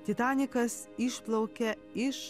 titanikas išplaukė iš